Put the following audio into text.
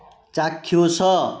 ଚାକ୍ଷୁଷ